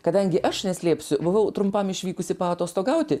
kadangi aš neslėpsiu buvau trumpam išvykusi paatostogauti